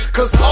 Cause